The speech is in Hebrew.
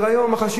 בחשיבות.